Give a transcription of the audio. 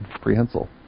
Prehensile